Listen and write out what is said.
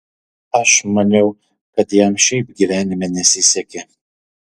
aš maniau kad jam šiaip gyvenime nesisekė